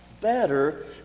better